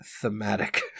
Thematic